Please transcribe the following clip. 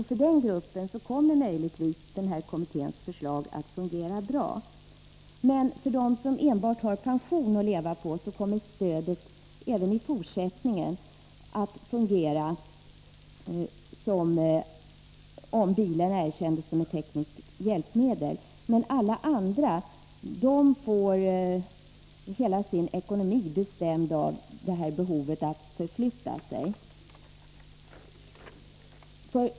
För den gruppen kommer möjligtvis kommitténs förslag att vara bra. För dem som enbart har pension att leva på kommer stödet även i fortsättningen att fungera om bilen erkänns som ett tekniskt hjälpmedel. Men alla andra får hela sin ekonomi bestämd av behovet att förflytta sig.